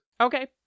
Okay